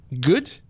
good